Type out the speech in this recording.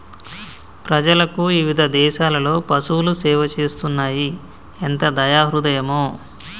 ప్రజలకు ఇవిధ దేసాలలో పసువులు సేవ చేస్తున్నాయి ఎంత దయా హృదయమో